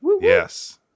Yes